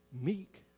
meek